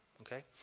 Okay